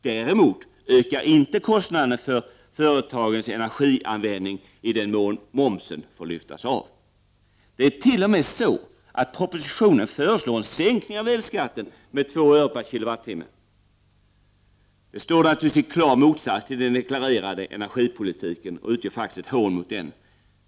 Däremot ökar inte kostnaden för företagens energianvändning i den mån momsen kan lyftas av. Det är t.o.m. så att man i propositionen föreslår en sänkning av elskatten med 2 öre per kilowattimme! Det står naturligtvis i klar motsats till den deklarerade energipolitiken och utgör faktiskt ett hån mot den.